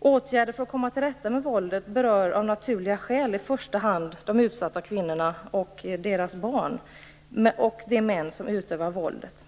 Åtgärder för att komma till rätta med våldet berör av naturliga skäl i första hand de utsatta kvinnorna och deras barn samt de män som utövar våldet.